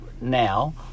now